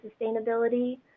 sustainability